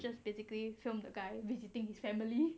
just basically film the guy visiting his family